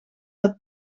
dat